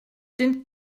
den